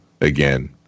again